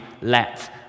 let